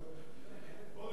כבוד היושב-ראש,